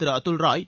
Thiru Atul Rai